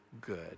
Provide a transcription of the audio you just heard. good